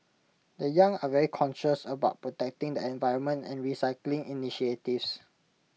the young are very conscious about protecting the environment and recycling initiatives